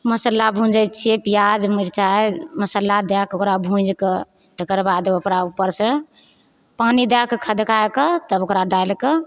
मसाला भुँजैत छियै पिआज मिरचाइ मसाला दएके ओकरा भुँजि कऽ तेकरबाद ओकरा ऊपर से पानि दएकऽ खदकाएकऽ तब ओकरा डालि कऽ